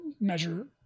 measure